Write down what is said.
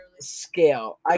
scale